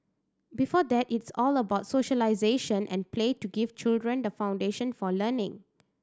before that it is all about socialisation and play to give children the foundation for learning